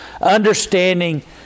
understanding